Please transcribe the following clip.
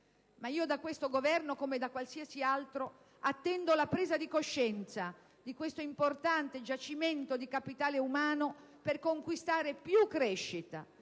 quando da questo Governo, come da qualsiasi altro, io attendo la presa di coscienza di questo importante giacimento di capitale umano per conquistare più crescita,